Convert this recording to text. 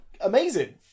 amazing